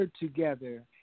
together